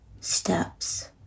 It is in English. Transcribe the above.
steps